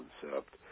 concept